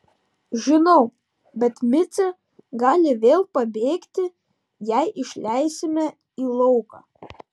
žinau bet micė gali vėl pabėgti jei išleisime į lauką